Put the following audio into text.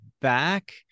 back